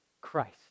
Christ